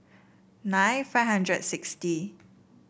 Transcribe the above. nine five hundred sixty